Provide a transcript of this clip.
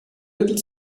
little